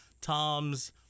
Tom's